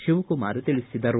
ಶಿವಕುಮಾರ್ ತಿಳಿಸಿದರು